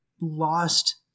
lost